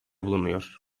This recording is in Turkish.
bulunuyor